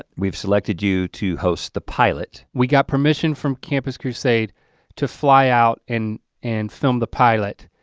ah we've selected you to host the pilot. we got permission from campus crusade to fly out in and film the pilot.